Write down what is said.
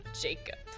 Jacob